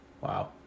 wow